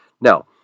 Now